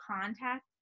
contact